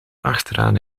achteraan